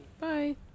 bye